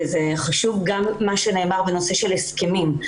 חשוב גם מה שנאמר בנושא של הסכמים,